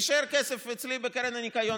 יישאר כסף אצלי בקרן הניקיון,